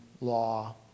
law